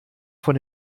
von